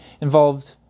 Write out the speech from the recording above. involved